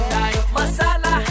Masala